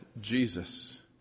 Jesus